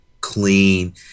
clean